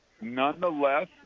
nonetheless